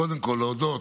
קודם כול להודות